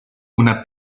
una